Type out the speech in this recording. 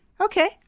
Okay